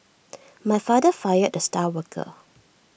my father fired the star worker